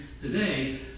Today